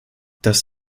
das